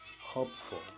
hopeful